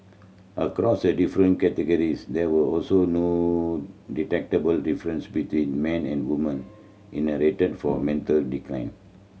across the different categories there were also no detectable difference between men and woman in the rate for a mental decline